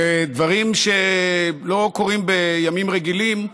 ודברים שלא קורים בימים רגילים,